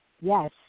yes